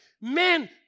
men